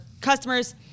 customers